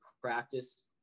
practice